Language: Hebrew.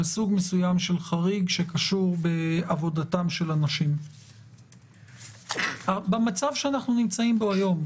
סוג מסוים של חריג שקשור בעבודתם של אנשים במצב שאנחנו נמצאים בו היום.